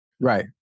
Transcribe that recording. right